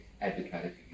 advocated